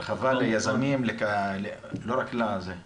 הרחבה ליזמים, לא רק ל היום,